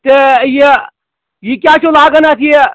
تہٕ یہِ یہِ کیٛاہ چھُو لاگان اَتھ یہِ